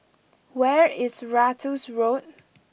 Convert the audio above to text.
where is Ratus Road